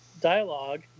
dialogue